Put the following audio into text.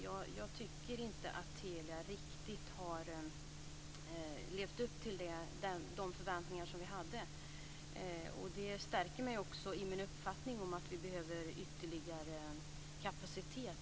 Jag tycker inte att Telia riktigt har levt upp till de förväntningar som vi hade. Det stärker mig också i min uppfattning att vi behöver ytterligare kapacitet.